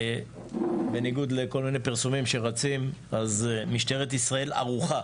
בניגוד לכל מיני פרסומים שרצים, משטרת ישראל ערוכה